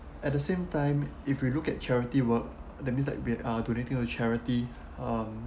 at the same time if we look at charity work that means like we are donating to charity um